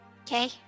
Okay